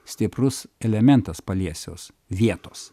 stiprus elementas paliesiaus vietos